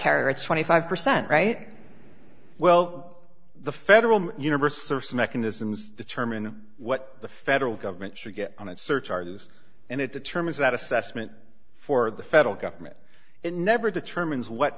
carrier it's twenty five percent right well the federal universe or some mechanisms determine what the federal government should get on its search argues and it determines that assessment for the federal government it never determines what